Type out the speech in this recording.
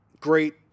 Great